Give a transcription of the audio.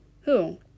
Who